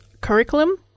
curriculum